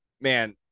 man